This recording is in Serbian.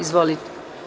Izvolite.